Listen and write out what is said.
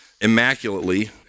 immaculately